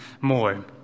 more